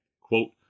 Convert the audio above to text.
Quote